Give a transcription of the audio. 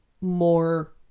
more